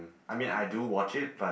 I mean I do watch it but